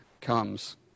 comes